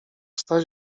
staś